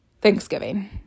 Thanksgiving